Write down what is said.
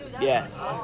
Yes